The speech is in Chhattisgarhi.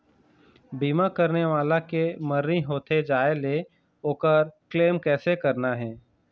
बीमा करने वाला के मरनी होथे जाय ले, ओकर क्लेम कैसे करना हे?